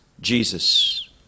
Jesus